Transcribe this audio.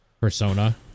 Persona